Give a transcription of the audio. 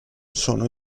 sono